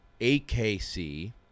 AKC